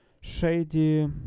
Shady